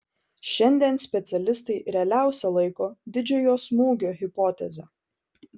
šiandien specialistai realiausia laiko didžiojo smūgio hipotezę